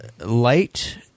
light